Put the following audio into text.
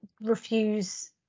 refuse